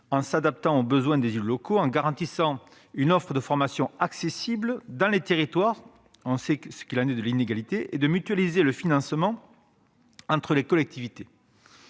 en s'adaptant aux besoins des élus locaux, en garantissant une offre de formation accessible dans les territoires »- on sait ce qu'il en est des inégalités à cet égard -et de « mutualiser le financement entre les collectivités